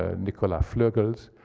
ah nicolas vleughels,